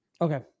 Okay